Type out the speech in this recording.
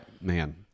man